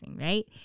right